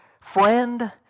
friend